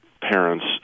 parents